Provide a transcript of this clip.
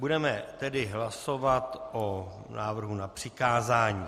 Budeme tedy hlasovat o návrhu na přikázání.